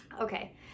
Okay